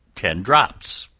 ten drops,